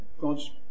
God's